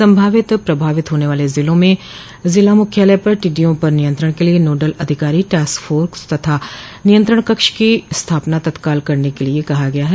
संभावित प्रभावित होने वाले जिलों में जिला मुख्यालय पर टिडिडयों पर नियंत्रण के लिए नोडल अधिकारी टास्क फोर्स तथा नियंत्रण कक्ष की स्थापना तत्काल करने के लिए कहा गया है